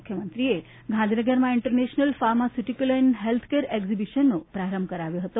મુખ્યમંત્રીક્રીએ ગાંધીનગરમાં international pharmaceutical and healthcare એકઝીબિશનનો પ્રારંભ કરાવ્યો હતો